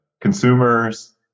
consumers